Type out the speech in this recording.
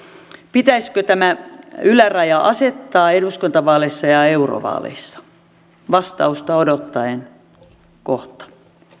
pitäisikö tämä yläraja asettaa eduskuntavaaleissa ja eurovaaleissa vastausta odottaen kohta